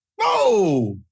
No